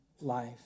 life